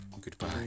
Goodbye